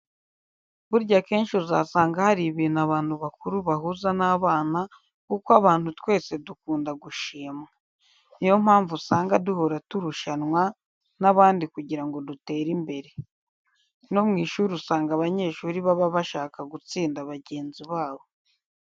Burya akenshi uzasanga hari ibintu abantu bakuru bahuza n'abana kuko abantu twese dukunda gushimwa. Ni yo mpamvu usanga duhora turushanwa n'abandi kugira ngo dutere imbere. No mu ishuri usanga abanyeshuri baba bashaka gutsinda bagenzi babo.